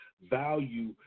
value